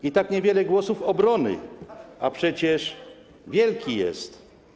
I tak niewiele głosów obrony, a przecież Wielki jest.